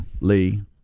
Lee